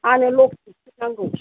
आंनो लखेलखौसो नांगौ